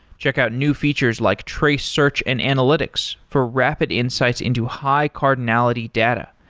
check out new features like trace search and analytics for rapid insights into high-cardinality data,